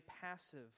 passive